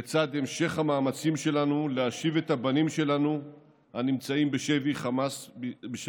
לצד המשך המאמצים שלנו להשיב את הבנים שלנו הנמצאים בשבי החמאס.